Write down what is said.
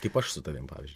kaip aš su tavim pavyzdžiui